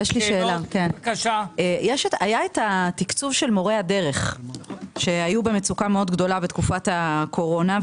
היה התקצוב של מורי הדרך שהיו במצוקה מאוד גדולה בתקופת הקורונה.